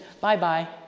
bye-bye